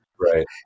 Right